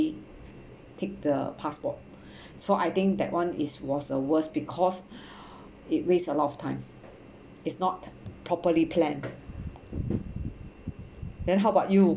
take the passport so I think that one is was the worst because it waste a lot of time it's not properly planned then how about you